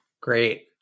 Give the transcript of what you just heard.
Great